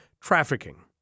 trafficking